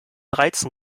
reizen